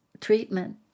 treatment